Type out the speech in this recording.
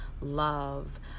love